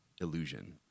illusion